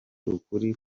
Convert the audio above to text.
ukuri